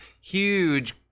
huge